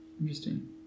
Interesting